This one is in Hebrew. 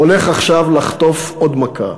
הולך עכשיו לחטוף עוד מכה.